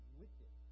wicked